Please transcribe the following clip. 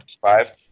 five